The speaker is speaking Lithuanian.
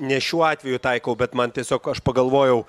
ne šiuo atveju taikau bet man tiesiog aš pagalvojau